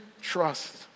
trust